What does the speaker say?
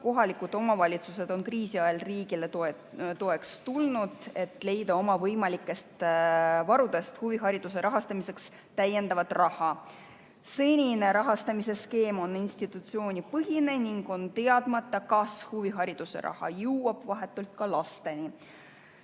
Kohalikud omavalitsused on kriisi ajal riigile toeks tulnud, et leida oma võimalikest varudest huvihariduse rahastamiseks täiendavat raha. Senine rahastamise skeem on institutsioonipõhine ning on teadmata, kas huvihariduse raha jõuab vahetult ka lasteni. Nii.